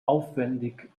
aufwändig